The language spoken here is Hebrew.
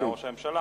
וגם ראש הממשלה,